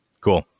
Cool